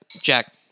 jack